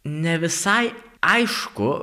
ne visai aišku